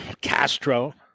Castro